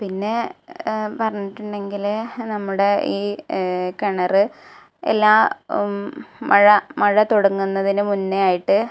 പിന്നെ പറഞ്ഞിട്ടുണ്ടെങ്കിൽ നമ്മുടെ ഈ കിണർ എല്ലാ മഴ മഴ തുടങ്ങുന്നതിന് മുന്നേ ആയിട്ട്